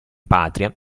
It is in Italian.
patria